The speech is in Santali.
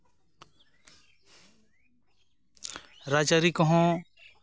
ᱨᱟᱡᱽ ᱟᱹᱨᱤ ᱠᱚᱦᱚᱸ